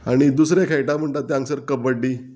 आनी दुसरें खेळटा म्हणटा ते हांगसर कबड्डी